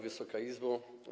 Wysoka Izbo!